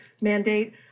mandate